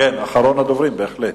כן, אחרון הדוברים, בהחלט.